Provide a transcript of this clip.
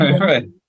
Right